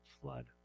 flood